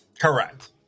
Correct